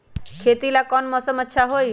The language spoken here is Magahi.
खेती ला कौन मौसम अच्छा होई?